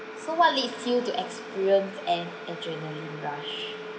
so what leads you to experience an adrenaline rush